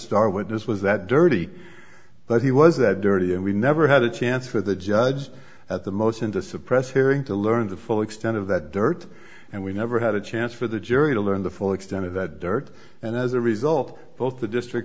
star witness was that dirty but he was that dirty and we never had a chance for the judge at the most in the suppress hearing to learn the full extent of that dirt and we never had a chance for the jury to learn the full extent of that dirt and as a result both the district